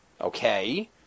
Okay